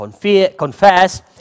confess